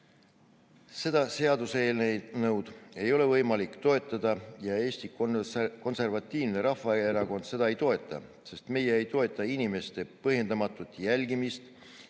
Seda seaduseelnõu ei ole võimalik toetada ja Eesti Konservatiivne Rahvaerakond seda ei toeta, sest meie ei toeta inimeste põhjendamatut jälgimist